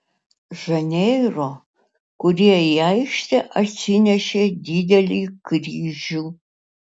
žaneiro kurie į aikštę atsinešė didelį kryžių